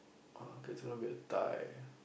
ah okay it's gonna be a tie